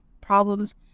problems